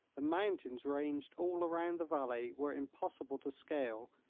the mountains ranged all around the valley were impossible to scale,